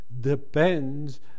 depends